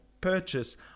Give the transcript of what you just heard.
purchase